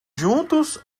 juntos